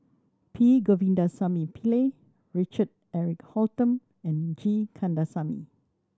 P Govindasamy Pillai Richard Eric Holttum and G Kandasamy